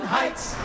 Heights